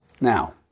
Now